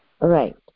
Right